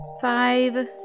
five